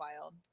wild